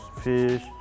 fish